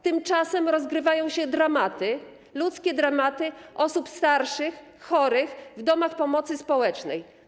Tymczasem rozgrywają się dramaty, ludzkie dramaty osób starszych i chorych w domach pomocy społecznej.